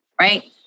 right